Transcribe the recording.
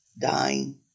dying